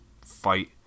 fight